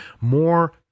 More